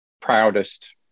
proudest